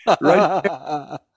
Right